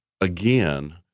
again